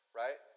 right